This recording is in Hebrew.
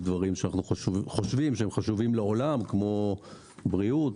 דברים שאנחנו חושבים שהם חשובים לעולם כמו בריאות,